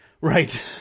Right